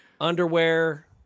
underwear